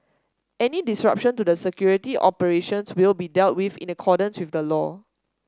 any disruption to the security operations will be dealt with in accordance with the law